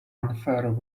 unfair